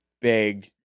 big